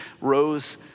rose